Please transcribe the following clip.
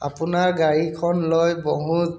আপোনাৰ গাড়ীখন লৈ বহুত